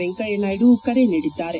ವೆಂಕಯ್ಯನಾಯ್ಡು ಕರೆ ನೀಡಿದ್ದಾರೆ